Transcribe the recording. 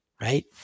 right